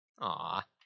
Aw